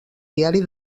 diari